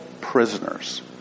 prisoners